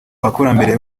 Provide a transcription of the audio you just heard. abakurambere